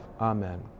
Amen